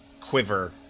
quiver